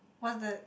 what's that